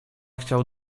chciał